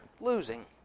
losing